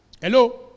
Hello